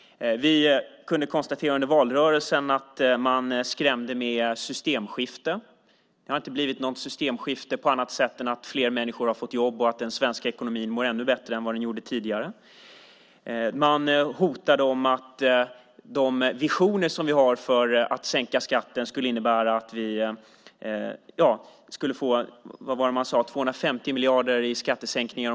Vi kunde konstatera under valrörelsen att man skrämde med systemskifte. Det har inte blivit något systemskifte på annat sätt än att fler människor har fått jobb och att den svenska ekonomin mår ännu bättre än vad den gjorde tidigare. Man hotade med att de visioner som vi har för att sänka skatten skulle innebära 250 miljarder i skattesänkningar.